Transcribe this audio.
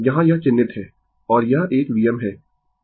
यहाँ यह चिह्नित है और यह एक Vm है